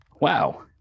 Wow